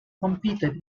competed